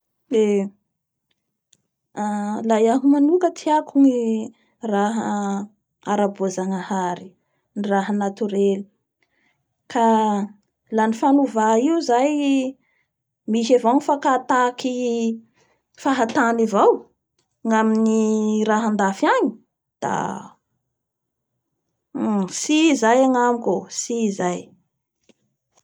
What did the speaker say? Eeee la iaho manoka tiako ny raha aboajanahary ny raha natirely ka raha ny fanova io zay ny misy avao ny faka tahaky fahatany avao gnamin'ny rah andafy aagny da tsy i zay agnamiko oo, tsy i zay.